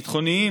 ביטחוניים,